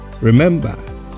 remember